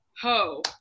ho